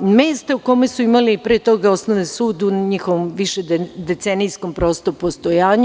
mesta u kome su imali pre toga osnovni sud u njihovom višedecenijskom postojanju.